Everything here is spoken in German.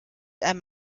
einem